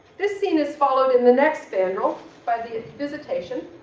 this scene is followed in the next panel by the ah visitation,